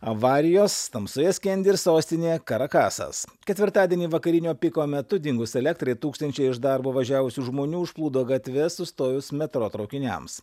avarijos tamsoje skendi ir sostinė karakasas ketvirtadienį vakarinio piko metu dingus elektrai tūkstančiai iš darbo važiavusių žmonių užplūdo gatves sustojus metro traukiniams